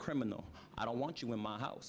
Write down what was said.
criminal i don't want you in my house